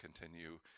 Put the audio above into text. continue